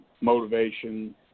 motivation